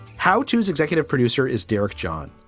how tos executive producer is derek john.